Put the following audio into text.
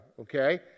okay